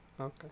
Okay